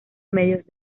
medios